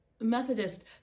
Methodist